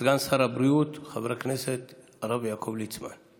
הבריאות חבר הכנסת הרב יעקב ליצמן.